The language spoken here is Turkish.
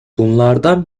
bunlardan